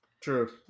True